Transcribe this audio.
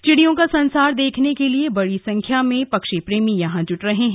चिड़ियों का संसार देखने के लिए बड़ी संख्या में पक्षी प्रेमी यहां जुट रहे हैं